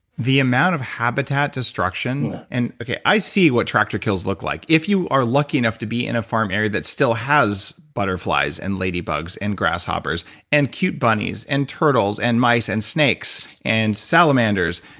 the amount of habitat destruction. and okay, i see what tractor kills look like. if you are lucky enough to be in a farm area that still has butterflies and ladybugs and grasshoppers and cute bunnies and turtles and mice and snakes and salamanders,